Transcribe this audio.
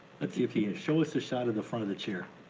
let's see if he can show us a shot of the front of the chair.